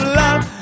love